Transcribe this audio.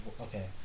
okay